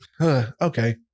Okay